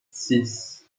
six